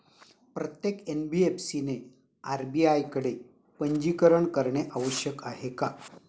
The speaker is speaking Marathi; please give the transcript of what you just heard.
प्रत्येक एन.बी.एफ.सी ने आर.बी.आय कडे पंजीकरण करणे आवश्यक आहे का?